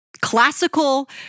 Classical